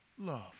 love